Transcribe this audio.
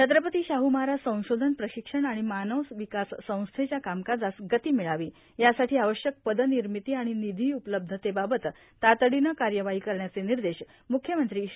छत्रपती शाहू महाराज संशोधन प्रशिक्षण आणि मानव विकास संस्थेच्या कामकाजास गती मिळवी यासाठी आवश्यक पद निर्मिती आणि निधी उपलब्धतेबाबत तातडीनं कार्यवाही करण्याचे निर्देश म्रख्यमंत्री श्री